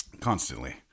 Constantly